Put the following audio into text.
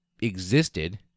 existed